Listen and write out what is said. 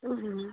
ꯎꯝ